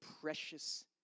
precious